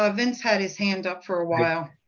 ah vince had his hand up for a while.